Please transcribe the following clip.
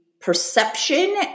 perception